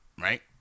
right